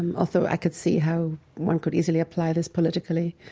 and although i could see how one could easily apply this politically.